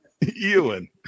Ewan